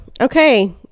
Okay